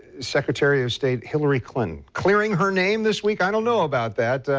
secretary of state hillary clinton clearing her name this week, i don't know about that.